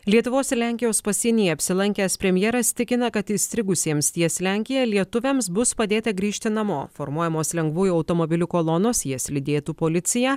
lietuvos ir lenkijos pasienyje apsilankęs premjeras tikina kad įstrigusiems ties lenkija lietuviams bus padėta grįžti namo formuojamos lengvųjų automobilių kolonos jas lydėtų policija